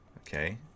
Okay